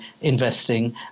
investing